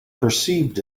perceived